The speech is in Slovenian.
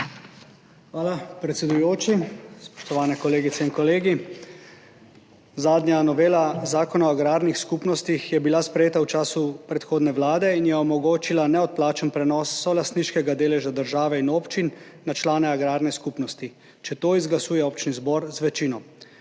Hvala, predsedujoči. Spoštovane kolegice in kolegi! Zadnja novela Zakona o agrarnih skupnostih je bila sprejeta v času predhodne vlade in je omogočila neodplačen prenos solastniškega deleža države in občin na člane agrarne skupnosti, če to izglasuje občni zbor z večino.